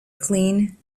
clean